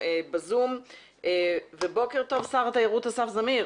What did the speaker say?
בזום ובוקר טוב לשר התיירות אסף זמיר.